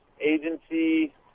agency